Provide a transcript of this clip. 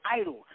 idle